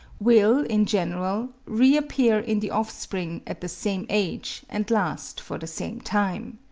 will, in general, reappear in the offspring at the same age and last for the same time.